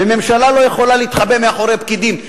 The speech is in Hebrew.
וממשלה לא יכולה להתחבא מאחורי פקידים.